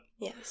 Yes